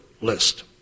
list